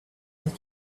with